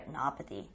retinopathy